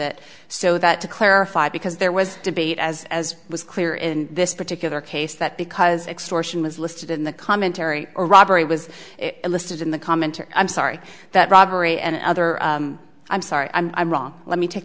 it so that to clarify because there was debate as as was clear in this particular case that because extortion was listed in the commentary or robbery was listed in the commenter i'm sorry that robbery and other i'm sorry i'm wrong let me take